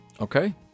Okay